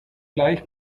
gleich